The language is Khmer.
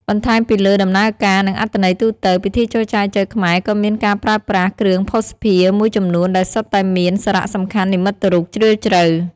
បន្ថែមពីលើដំណើរការ និងអត្ថន័យទូទៅ ពិធីចូលចែចូវខ្មែរក៏មានការប្រើប្រាស់ គ្រឿងភស្តុភារ មួយចំនួនដែលសុទ្ធតែមាន សារៈសំខាន់និមិត្តរូប ជ្រាលជ្រៅ។